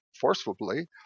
forcefully